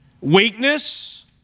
weakness